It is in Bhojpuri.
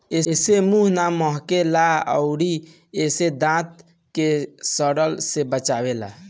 एसे मुंह ना महके ला अउरी इ दांत के सड़ला से बचावेला